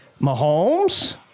mahomes